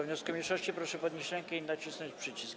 wniosku mniejszości, proszę podnieść rękę i nacisnąć przycisk.